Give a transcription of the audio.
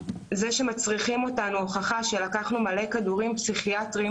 מכריחים אותנו להוכיח שלקחנו הרבה כדורים פסיכיאטריים,